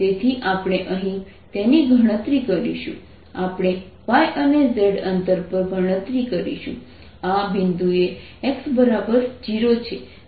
તેથી આપણે અહીં તેની ગણતરી કરીશું આપણે y અને z અંતર પર ગણતરી કરીશું આ બિંદુએ x 0 છે